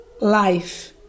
life